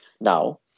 Now